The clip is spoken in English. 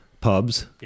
pubs